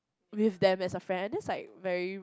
with them as a friend I'm just like very